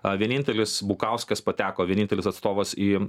a vienintelis bukauskas pateko vienintelis atstovas į